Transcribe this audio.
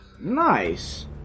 Nice